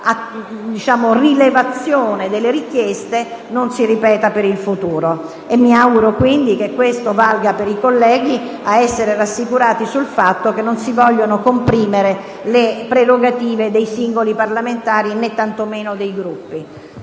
rilevazione delle richieste non si ripeta in futuro. Mi auguro, quindi, che questo basti ai colleghi per essere rassicurati sul fatto che non si vogliono comprimere le prerogative dei singoli parlamentari né, tantomeno, dei Gruppi.